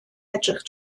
edrych